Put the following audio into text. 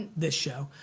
this show?